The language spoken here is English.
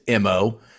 MO